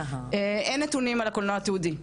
אין נתונים על הקולנוע התיעודי.